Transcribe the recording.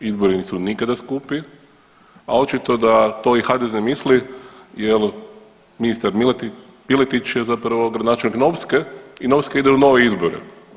Izbori su nikada skuplji, a očito da to i HDZ misli jer ministar Miletić, Piletić je zapravo gradonačelnik Novske i Novska ide u nove izbore.